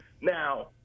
now